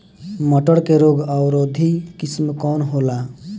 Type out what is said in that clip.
मटर के रोग अवरोधी किस्म कौन होला?